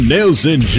Nelson